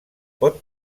pot